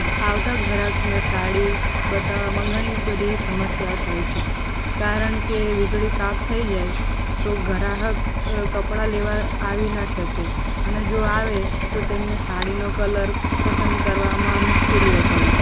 આવતા ગરાગને સાડી બતાવવામાં ઘણી બધી સમસ્યાઓ થાય છે કારણ કે વીજળી કાપ થઈ જાય તો ગ્રાહક કપડા લેવા આવી ન શકે અને જો આવે તો તેમને સાડીનો કલર પસંદ કરવામાં મુશ્કેલીઓ પડે